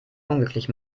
unglücklich